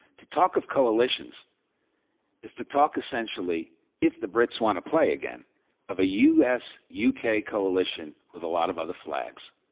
to talk of coalitions is to talk, essentially if the brits want to play again of a u. s. u. k, coalition with a lot of other flags.